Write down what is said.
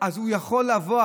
אז הוא יכול לבוא,